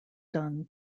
done